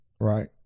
right